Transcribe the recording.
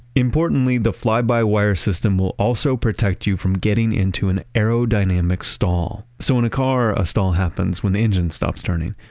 importantly, the fly-by-wire system will also protect you from getting into an aerodynamic stall. so in a car, a stall happens when the engine stops turning.